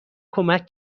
کمک